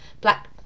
black